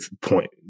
point